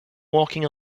walking